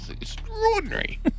extraordinary